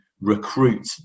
recruit